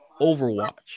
Overwatch